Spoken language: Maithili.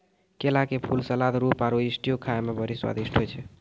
केला के फूल, सलाद, सूप आरु स्ट्यू खाए मे बड़ी स्वादिष्ट होय छै